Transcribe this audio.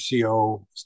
CO